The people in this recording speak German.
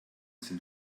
sind